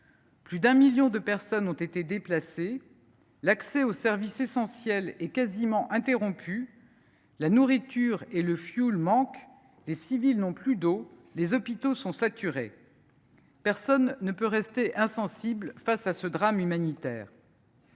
Plus d’un million de personnes ont été déplacées. L’accès aux services essentiels est quasiment interrompu. La nourriture et le fioul manquent. Les civils n’ont plus d’eau. Les hôpitaux sont saturés. Personne ne peut rester insensible face à ce drame humanitaire.